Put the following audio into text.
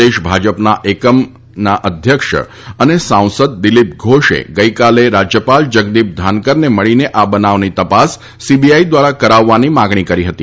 પ્રદેશ ભાજપ એકમના અધ્યક્ષ અને સાંસદ દિલીપ ઘોષે ગઈકાલે રાજભવનમાં રાજ્યપાલ જગદીપ ધાનકરને મળીને આ બનાવની તપાસ સીબીઆઈ દ્વારા કરાવવાની માંગણી કરી હતી